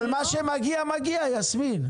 אבל מה שמגיע מגיע, יסמין.